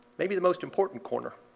maybe the most important corner